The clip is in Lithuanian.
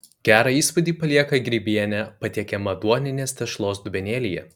gerą įspūdį palieka grybienė patiekiama duoninės tešlos dubenėlyje